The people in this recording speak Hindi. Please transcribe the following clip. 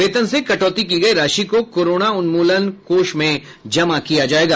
वेतन से कटौती की गयी राशि को कोरोना उन्मूलन कोष में जमा किया जायेगा